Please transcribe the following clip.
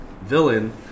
villain